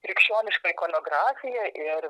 krikščioniška ikonografija ir